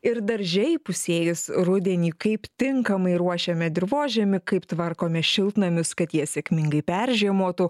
ir darže įpusėjus rudenį kaip tinkamai ruošiame dirvožemį kaip tvarkome šiltnamius kad jie sėkmingai peržiemotų